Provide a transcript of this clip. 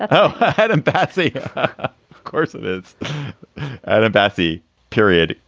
but that empathic causative adam betha period.